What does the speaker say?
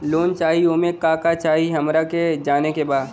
Loan चाही उमे का का चाही हमरा के जाने के बा?